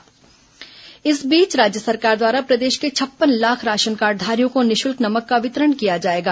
corona नमक वितरण इस बीच राज्य सरकार द्वारा प्रदेश के छप्पन लाख राशन कार्डधारियों को निःशुल्क नमक का वितरण किया जाएगा